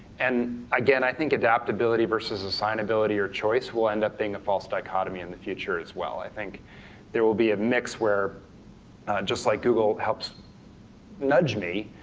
and again, i think adaptability versus assignability or choice will end up being a false dichotomy in the future as well. i think there will be a mix where just like google helps nudge me,